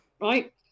right